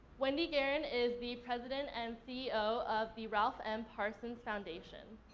wendy garen is the president and ceo of the ralph m. parson's foundation.